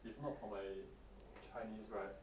if not for my chinese right